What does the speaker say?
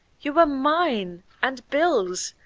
you were mine and bill's!